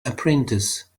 apprentice